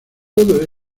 todo